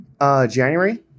January